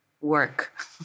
work